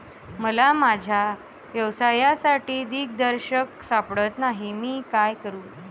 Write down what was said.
मला माझ्या व्यवसायासाठी दिग्दर्शक सापडत नाही मी काय करू?